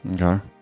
Okay